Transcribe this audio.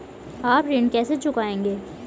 आप ऋण कैसे चुकाएंगे?